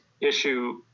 issue